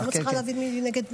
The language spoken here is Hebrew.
מצליחה להבין מי נגד מי.